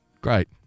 Great